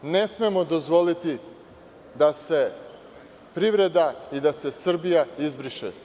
Ne smemo dozvoliti da se privreda i da se Srbija izbriše.